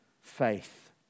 faith